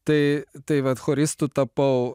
tai tai vat choristu tapau